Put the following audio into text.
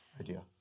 idea